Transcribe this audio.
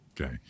Okay